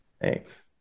Thanks